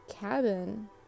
cabin